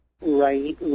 right